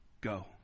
go